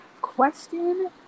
Question